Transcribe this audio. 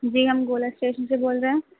جی ہم گولا اسٹیشن سے بول رہے ہیں